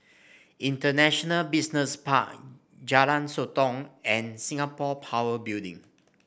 International Business Park Jalan Sotong and Singapore Power Building